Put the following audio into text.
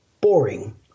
boring